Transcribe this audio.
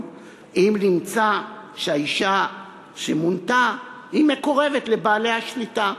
אם נמצא שהאישה שמונתה היא מקורבת לבעלי השליטה,